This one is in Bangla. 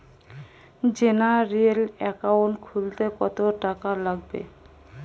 জেনারেল একাউন্ট খুলতে কত টাকা লাগবে?